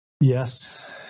Yes